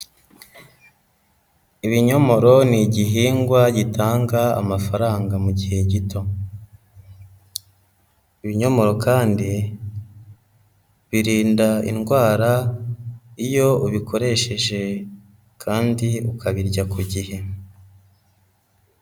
Ibinyomoro ni igihingwa gitanga amafaranga mu gihe gito, ibinyomoro kandi birinda indwara iyo ubikoresheje kandi ukabirya ku gihe.